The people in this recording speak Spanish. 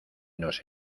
nos